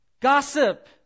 gossip